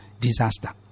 disaster